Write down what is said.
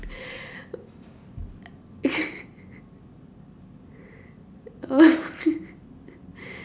oh